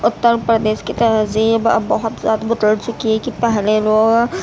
اتر پردیش کی تہذیب اب بہت زیادہ بدل چکی ہے کہ پہلے لوگ